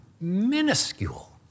minuscule